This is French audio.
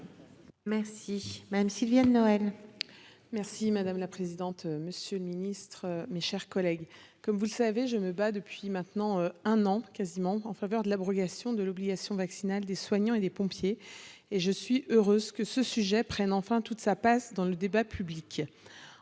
Merci madame Sylviane Noël merci madame la présidente, monsieur le ministre, mes chers collègues. Comme vous le savez, je me bats depuis maintenant un an quasiment en faveur de l'abrogation de l'obligation vaccinale des soignants et des pompiers, et je suis heureuse que ce sujet prenne enfin toute sa passe dans le débat public,